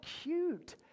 cute